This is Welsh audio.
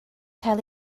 cael